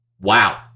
wow